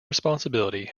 responsibility